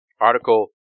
Article